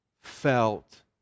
felt